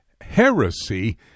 heresy